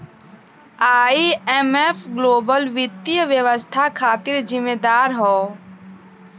IMF global वित्तीय व्यवस्था खातिर जिम्मेदार हौ